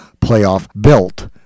playoff-built